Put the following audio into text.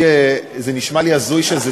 חזן, תירגע.